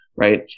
right